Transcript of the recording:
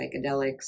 psychedelics